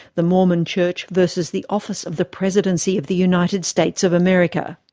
the mormon church versus the office of the presidency of the united states of america.